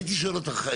הייתי שואל אותך,